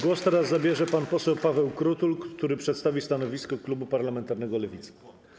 Głos teraz zabierze pan poseł Paweł Krutul, który przedstawi stanowisko klubu parlamentarnego Lewica.